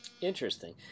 Interesting